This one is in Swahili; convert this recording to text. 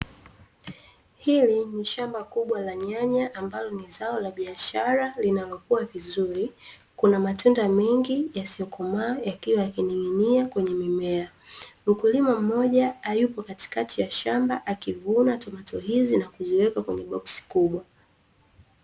Hili ni shamba kubwa la nyanya ambalo ni zao la biashara linalokua vizuri, kuna matunda mengi yasiyokomaa yakiwa yakining'inia kwenye mimea. Mkulima mmoja yupo katikati ya shamba akivuna tomato hizi na kuziweka kwenye oksi kubwa.